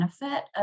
benefit